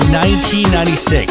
1996